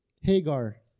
Hagar